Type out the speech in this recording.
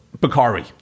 Bakari